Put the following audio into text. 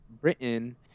Britain